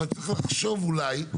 אבל צריך לחשוב אולי,